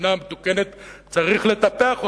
שבמדינה מתוקנת צריך לטפח אותו,